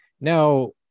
Now